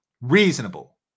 reasonable